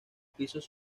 pisos